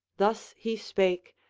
thus he spake,